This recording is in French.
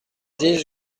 dix